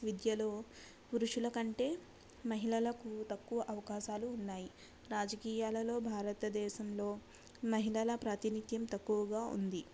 విద్యలో పురుషల కంటే మహిళలకు తక్కువ అవకాశాలు ఉన్నాయి రాజకీయాలలో భారతదేశంలో మహిళల ప్రాతినిథ్యం తక్కువగా ఉంది